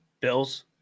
Bills